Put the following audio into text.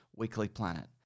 weeklyplanet